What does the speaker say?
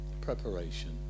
preparation